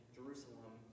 Jerusalem